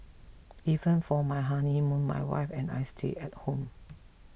even for my honeymoon my wife and I stayed at home